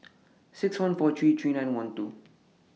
six one four three three nine one two